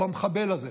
במחבל הזה.